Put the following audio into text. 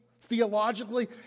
theologically